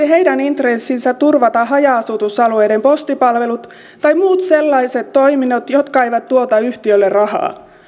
heidän intressinsä turvata haja asutusalueiden postipalvelut tai muut sellaiset toiminnot jotka eivät tuota yhtiölle rahaa